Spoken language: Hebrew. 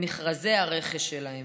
במכרזי הרכש שלהם.